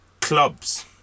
clubs